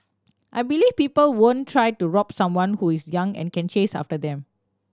I believe people won't try to rob someone who is young and can chase after them